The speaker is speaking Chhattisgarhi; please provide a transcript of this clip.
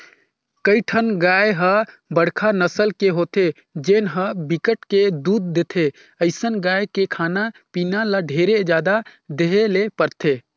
कइठन गाय ह बड़का नसल के होथे जेन ह बिकट के दूद देथे, अइसन गाय के खाना पीना ल ढेरे जादा देहे ले परथे